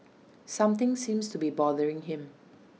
something seems to be bothering him